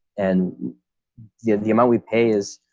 and yeah the amount we pay is,